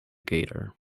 gator